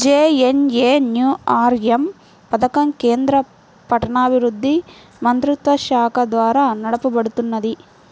JNNURM పథకం కేంద్ర పట్టణాభివృద్ధి మంత్రిత్వశాఖ ద్వారా నడపబడుతున్నది